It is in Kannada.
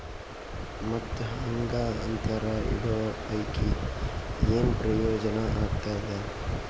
ಮತ್ತ್ ಹಾಂಗಾ ಅಂತರ ಇಡೋ ಪೈಕಿ, ಏನ್ ಪ್ರಯೋಜನ ಆಗ್ತಾದ?